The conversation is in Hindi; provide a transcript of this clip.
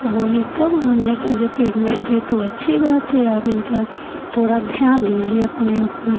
तो बोली तब हमने कहा जब पेगमेंट हैं तो अच्छी बात है आप इनका थोड़ा ध्यान दीजिए अपने ऊपर